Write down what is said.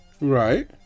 Right